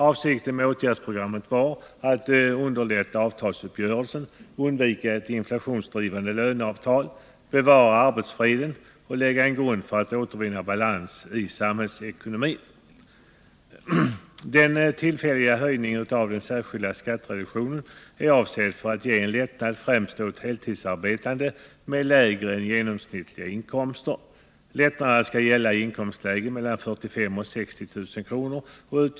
Avsikten med åtgärdsprogrammet var att underlätta avtalsuppgörelsen och undvika inflationsdrivande löneavtal, bevara arbetsfreden och lägga en grund för att återvinna balans i samhällsekonomin. Den tillfälliga höjningen av den särskilda skattereduktionen är avsedd att ge en lättnad främst åt heltidsarbetande med lägre än genomsnittliga inkomster. Den maximala höjningen 500 kr. skall gälla i inkomstlägen mellan 45 000 och 60 000 kr.